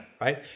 Right